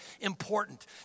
important